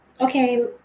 okay